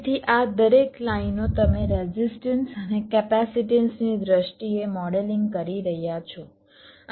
તેથી આ દરેક લાઇનો તમે રેઝિસ્ટન્સ અને કેપેસિટન્સ ની દ્રષ્ટિએ મોડેલિંગ કરી રહ્યા છો